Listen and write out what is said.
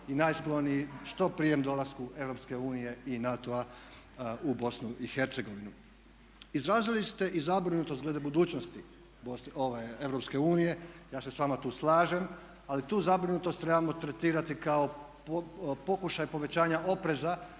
i najskloniji što prijem dolasku Europske unije i NATO-a u Bosnu i Hercegovinu. Izrazili ste i zabrinutost glede budućnosti Europske unije, ja se s vama tu slažem ali tu zabrinutost trebamo tretirati kao pokušaj povećanja opreza